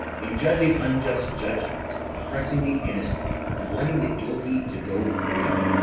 in judging unjust judgments, oppressing the innocent, and letting the guilty to go free,